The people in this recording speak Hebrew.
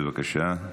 בבקשה.